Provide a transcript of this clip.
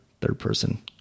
third-person